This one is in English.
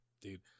dude